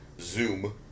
Zoom